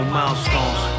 milestones